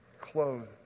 clothed